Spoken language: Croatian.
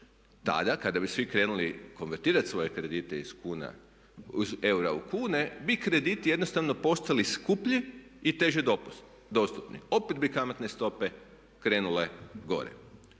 Tada kada bi svi krenuli konvertirati svoje kredite iz eura u kune bi krediti jednostavno postali skuplji i teže dostupni. Opet bi kamatne stope krenule gore.